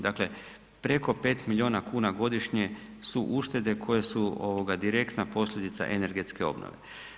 Dakle, preko 5 miliona kuna godišnje su uštede koje su ovoga direktna posljedica energetske obnove.